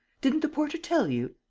didn't the porter tell you?